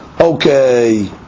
okay